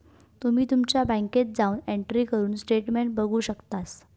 तुम्ही तुमच्या बँकेत जाऊन एंट्री करून स्टेटमेंट बघू शकतास